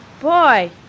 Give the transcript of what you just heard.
Boy